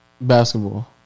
basketball